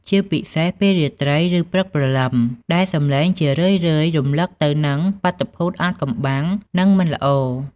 ជាពិសេសពេលរាត្រី ឬព្រឹកព្រលឹម ដែលសំឡេងជារឿយរំលឹកទៅនឹងបាតុភូតអាថ៌កំបាំង និងមិនល្អ។